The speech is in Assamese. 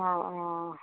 অ অ